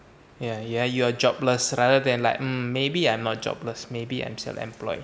ya ya you're jobless rather than like um maybe I'm not jobless maybe I'm self employed